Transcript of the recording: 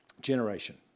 generation